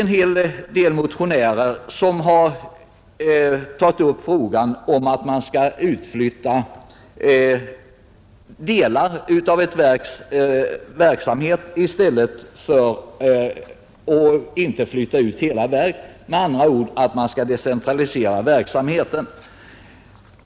En hel del motionärer har tagit upp frågan om att flytta ut delar av ett verk i stället för att flytta ut hela verket, med andra ord att man skulle decentralisera verksamheten.